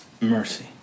mercy